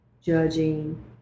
judging